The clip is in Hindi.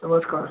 नमस्कार